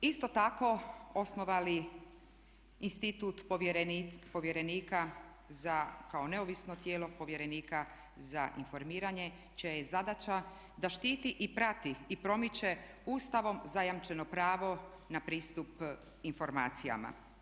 Isto tako osnovali institut povjerenika za, kao neovisno tijelo, povjerenika za informiranje čija je zadaća da štiti i prati i promiče Ustavom zajamčeno pravo na pristup informacijama.